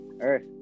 Earth